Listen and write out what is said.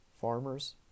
farmers